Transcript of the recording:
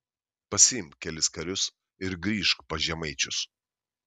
pasiimk kelis karius ir grįžk pas žemaičius